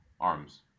ARMS